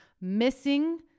missing